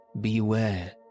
Beware